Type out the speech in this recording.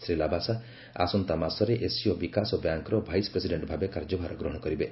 ଶ୍ରୀ ଲାବାସା ଆସନ୍ତା ମାସରେ ଏସୀୟ ବିକାଶ ବ୍ୟାଙ୍କର ଭାଇସ୍ ପ୍ରେସିଡେଣ୍ଟ୍ ଭାବେ କାଯର୍ଯ୍ୟଭାର ଗ୍ରହଣ କରିବେ